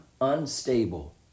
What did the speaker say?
unstable